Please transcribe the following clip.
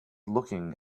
looking